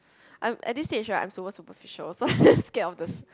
I'm at this stage right I'm super superficial so I'm just scared of the